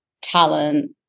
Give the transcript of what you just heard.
talent